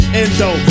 endo